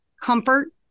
comfort